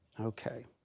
Okay